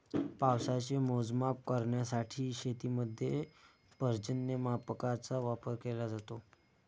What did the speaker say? पावसाचे मोजमाप करण्यासाठी शेतीमध्ये पर्जन्यमापकांचा वापर केला जातो